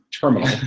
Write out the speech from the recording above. terminal